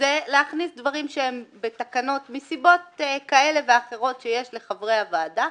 וזה להכניס לחקיקה דברים מסיבות כאלה ואחרות שיש לחברי הוועדה.